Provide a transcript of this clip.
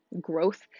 growth